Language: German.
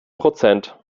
prozent